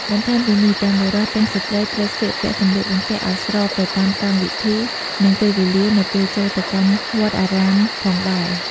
បន្ថែមពីនេះទាំងបុរសទាំងស្រ្តីត្រូវស្លៀកពាក់សម្លៀកបំពាក់ឲ្យស្របទៅតាមកម្មវិធីនិងពេលវេលានៅពេលចូលទៅកាន់វត្តអារាមផងដែរ។